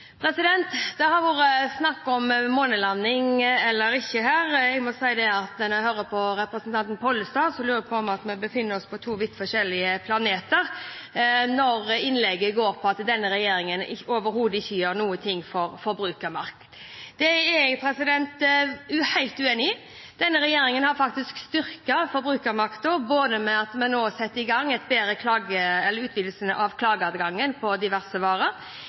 opprinnelsesmerking. Det har vært snakk om månelanding eller ikke. Når jeg hører representanten Pollestads innlegg, som går på at denne regjeringen overhodet ikke gjør noen ting for forbrukermakt, lurer jeg på om vi befinner oss på to vidt forskjellige planeter. Det er jeg helt uenig i. Denne regjeringen har faktisk styrket forbrukermakten, både ved at vi nå setter i gang en utvidelse av klageadgangen på